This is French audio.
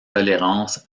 tolérance